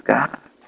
God